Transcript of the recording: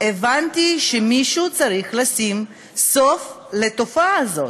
הבנתי שמישהו צריך לשים סוף לתופעה הזאת.